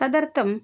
तदर्थम्